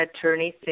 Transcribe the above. attorney